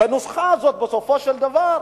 בנוסחה הזאת, בסופו של דבר,